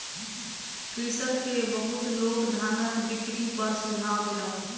कृषक के बहुत लोक धानक बिक्री पर सुझाव देलक